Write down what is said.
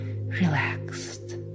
relaxed